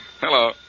Hello